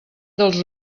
dels